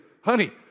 honey